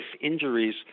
injuries